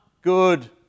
good